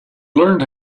learned